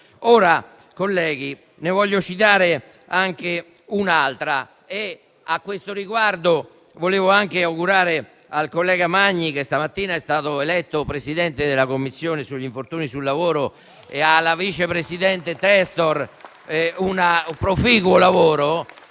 Colleghi, ne voglio citare anche un'altra. A questo riguardo vorrei anche augurare al collega Magni, che stamattina è stato eletto presidente della Commissione sugli infortuni sul lavoro, e alla vicepresidente Testor un proficuo lavoro,